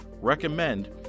recommend